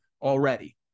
already